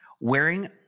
Wearing